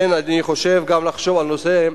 אני חושב שצריך לחשוב על נושא,